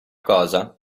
cosa